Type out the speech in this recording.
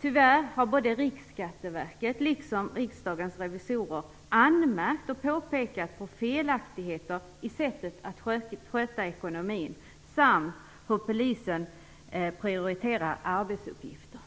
Tyvärr har både Riksskatteverket och Riksdagens revisorer anmärkt och pekat på felaktigheter i sättet att sköta ekonomin samt hur polisen prioriterar arbetsuppgifter.